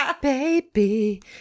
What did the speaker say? baby